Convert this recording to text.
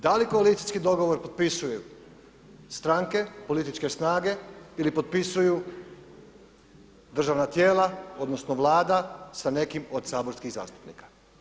Da li koalicijski dogovor potpisuju stranke, političke snage ili potpisuju državna tijela, odnosno Vlada sa nekim od saborskih zastupnika.